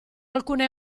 alcune